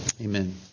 Amen